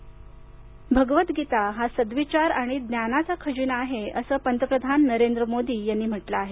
भगवदगीता भगवदगीता हा सद्विचार आणि ज्ञानाचा खजिना आहे असं पंतप्रधान नरेंद्र मोदी यांनी म्हटलं आहे